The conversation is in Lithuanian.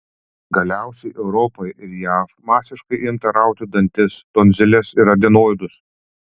galiausiai europoje ir jav masiškai imta rauti dantis tonziles ir adenoidus